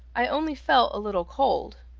i only felt a little cold.